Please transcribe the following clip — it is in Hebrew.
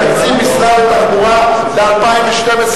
תקציב משרד התחבורה ל-2012.